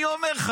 הם לא יהרגו,